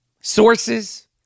Sources